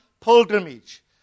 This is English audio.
pilgrimage